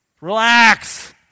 Relax